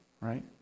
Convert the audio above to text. right